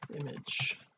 image